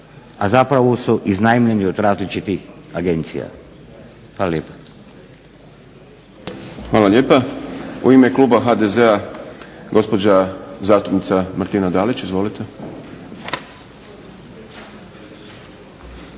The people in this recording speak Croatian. a zapravo su iznajmljeni od različitih agencija. Hvala lijepa. **Šprem, Boris (SDP)** Hvala lijepa. U ime kluba HDZ-a gospođa zastupnica Martina Dalić. Izvolite.